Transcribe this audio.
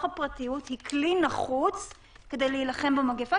הפרטיות היא כלי נחוץ כדי להילחם במגפה,